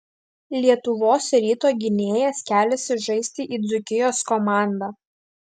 lietuvos ryto gynėjas keliasi žaisti į dzūkijos komandą